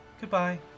goodbye